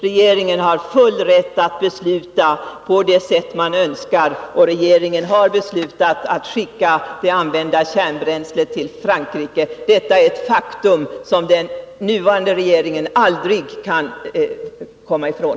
Regeringen har Nr 73 full rätt att besluta på det sätt den önskar, och regeringen har beslutat att Torsdagen den skicka det använda kärnbränslet till Frankrike. Detta är ett faktum som den 3 februari 1983 nuvarande regeringen aldrig kan komma ifrån.